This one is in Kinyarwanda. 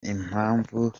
impamvu